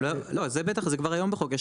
לא, זה בטח, זה כבר היום בחוק.